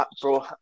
bro